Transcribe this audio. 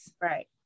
Right